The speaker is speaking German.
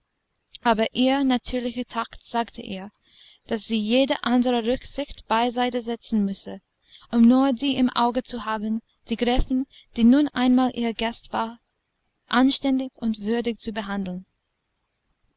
aber ihr natürlicher takt sagte ihr daß sie jede andere rücksicht beiseite setzen müsse um nur die im auge zu haben die gräfin die nun einmal ihr gast war anständig und würdig zu behandeln